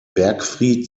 bergfried